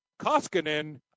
Koskinen